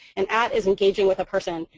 an at is engaging with a person,